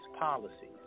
policies